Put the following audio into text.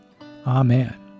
Amen